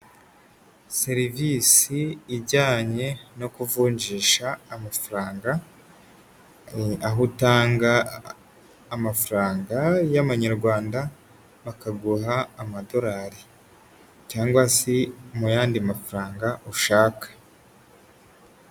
Serivisi ijyanye no kuvunjisha amafaranga, aho utanga amafaranga y'amanyarwanda bakaguha amadorari cyangwa se mu y'andi mafaranga ushaka.